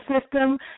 system